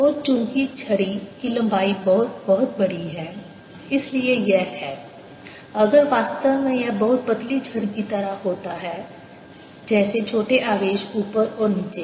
और चूंकि छड़ी की लंबाई बहुत बहुत बड़ी है इसलिए यह है अगर वास्तव में यह बहुत पतली छड़ की तरह होता है जैसे छोटे आवेश ऊपर और नीचे